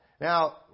Now